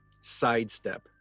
sidestep